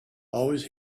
always